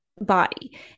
body